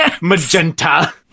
Magenta